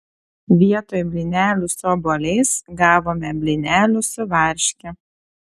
vietoj blynelių su obuoliais gavome blynelių su varške